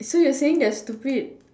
so you are saying they're stupid